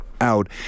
out